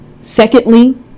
Secondly